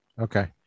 Okay